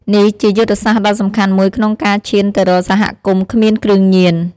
នេះជាយុទ្ធសាស្ត្រដ៏សំខាន់មួយក្នុងការឈានទៅរកសហគមន៍គ្មានគ្រឿងញៀន។